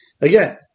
Again